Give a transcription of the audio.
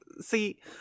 see